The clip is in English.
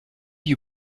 you